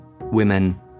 women